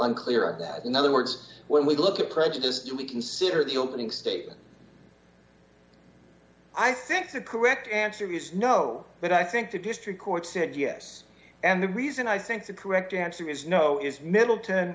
unclear that in other words when we look at prejudice we consider the opening statement i think the correct answer of yes no but i think the district court said yes and the reason i think the correct answer is no is middleton